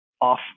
off